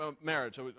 marriage